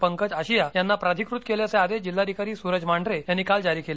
पकज आशिया यांना प्राधिकृत केल्याचे आदेश जिल्हाधिकारी सुरज मांढरे यांनी काल जारी केले